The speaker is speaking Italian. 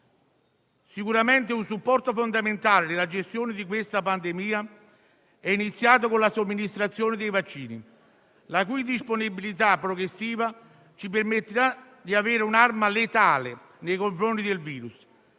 Sicuramente un supporto fondamentale nella gestione di questa pandemia è iniziato con la somministrazione dei vaccini, la cui disponibilità progressiva ci permetterà di avere un'arma letale nei confronti del virus,